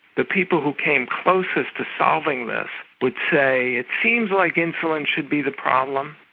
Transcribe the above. the people who came closest to solving this would say it seems like insulin should be the problem,